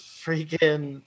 freaking